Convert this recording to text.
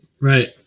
Right